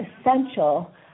essential